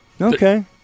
Okay